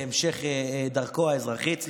בהמשך דרכו האזרחית,